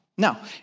Now